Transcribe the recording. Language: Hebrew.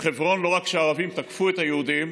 בחברון לא רק שהערבים תקפו את היהודים,